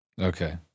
Okay